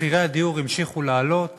מחירי הדיור המשיכו לעלות